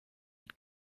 mit